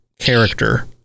Character